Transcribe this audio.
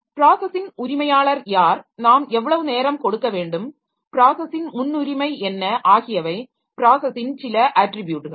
ப்ராஸஸின் உரிமையாளர் யார் நாம் எவ்வளவு நேரம் கொடுக்க வேண்டும் ப்ராஸஸின் முன்னுரிமை என்ன ஆகியவை ப்ராஸஸின் சில அட்ரிபியூட்கள்